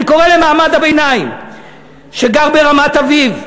אני קורא למעמד הביניים שגר ברמת-אביב,